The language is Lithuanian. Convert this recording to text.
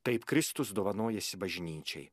taip kristus dovanojasi bažnyčiai